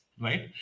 right